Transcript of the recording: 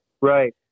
Right